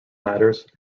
matters